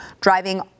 driving